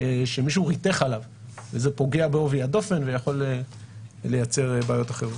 שמישהו ריתך עליו וזה פוגע בעובי הדופן ויכול לייצר בעיות אחרות.